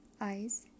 eyes